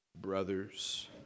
Brothers